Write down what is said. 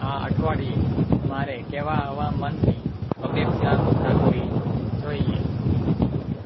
આ અઠવાડિયે મારે કેવાં હવામાનની અપેક્ષા રાખવી જોઈએ